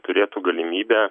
turėtų galimybę